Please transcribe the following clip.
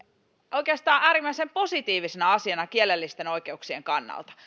oikeastaan äärimmäisen positiivisena asiana kielellisten oikeuksien kannalta